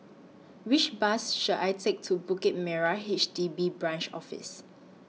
Which Bus should I Take to Bukit Merah H D B Branch Office